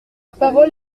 parole